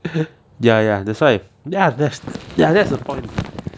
ya ya that's why ya that's that's the point